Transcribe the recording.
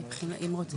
אם רוצים.